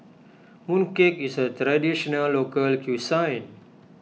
Mooncake is a Traditional Local Cuisine